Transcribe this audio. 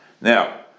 Now